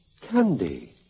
Candy